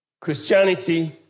Christianity